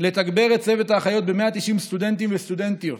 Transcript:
לתגבר את צוות האחיות ב-190 סטודנטים וסטודנטיות